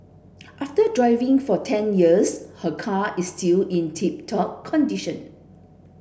after driving for ten years her car is still in tip top condition